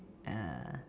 err